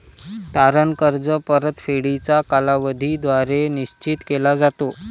तारण कर्ज परतफेडीचा कालावधी द्वारे निश्चित केला जातो